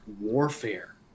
warfare